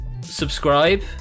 Subscribe